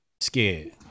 scared